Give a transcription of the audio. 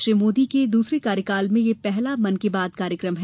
श्री मोदी के दूसरे कार्यकाल में यह पहला मन की बात कार्यक्रम है